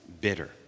bitter